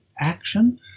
action